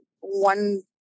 one